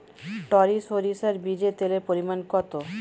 টরি সরিষার বীজে তেলের পরিমাণ কত?